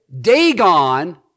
Dagon